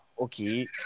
okay